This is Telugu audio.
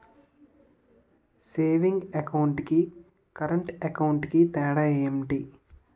సేవింగ్స్ అకౌంట్ కి కరెంట్ అకౌంట్ కి తేడా ఏమిటి?